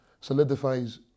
solidifies